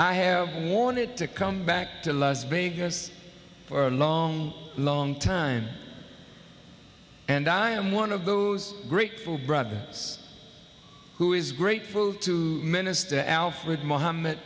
i have wanted to come back to las vegas for a long long time and i am one of those grateful brother who is grateful to minister alfred mohammed